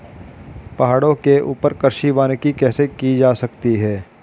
पहाड़ों के ऊपर कृषि वानिकी कैसे की जा सकती है